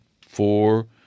four